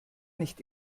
nicht